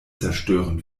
zerstören